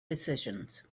decisions